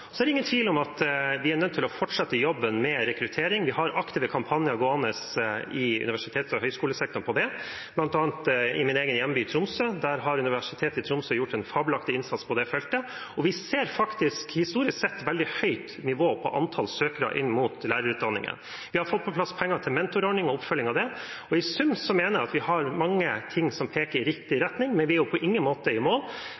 er ingen tvil om at vi er nødt til å fortsette jobben med rekruttering. Vi har aktive kampanjer gående i universitets- og høyskolesektoren på det. Blant annet i min egen hjemby, Tromsø, har Universitetet i Tromsø gjort en fabelaktig innsats på det feltet. Vi ser faktisk historisk sett et veldig høyt nivå på antall søkere til lærerutdanningen, og vi har fått på plass penger til en mentorordning og oppfølging av det. I sum mener jeg at vi har mye som peker i riktig retning. Vi er på ingen måte i mål,